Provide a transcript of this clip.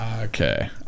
Okay